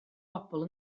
bobol